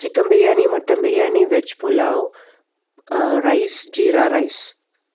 chicken biryani mutton biryani veg pulao rice jeera rice